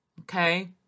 okay